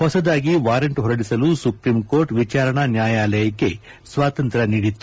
ಹೊಸದಾಗಿ ವಾರೆಂಟ್ ಹೊರಡಿಸಲು ಸುಪ್ರೀಂಕೋರ್ಟ್ ವಿಚಾರಣಾ ನ್ಯಾಯಾಲಯಕ್ಕೆ ಸ್ನಾತಂತ್ರ್ ನೀಡಿತ್ತು